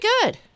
good